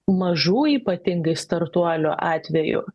mažų ypatingai startuolių atveju